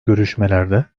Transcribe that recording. görüşmelerde